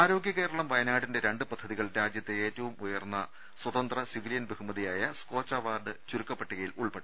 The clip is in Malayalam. ആരോഗ്യ കേരളം വയനാടിന്റെ രണ്ട് പദ്ധതികൾ രാജ്യത്തെ ഏറ്റവും ഉയർന്ന സ്വതന്ത്ര സിവിലിയൻ ബഹുമതിയായ സ്കോച്ച് അവാർഡ് ചുരുക്കപ്പട്ടികയിൽ ഉൾപ്പെട്ടു